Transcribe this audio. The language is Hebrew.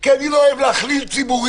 כי אני לא אוהב להכליל ציבורים.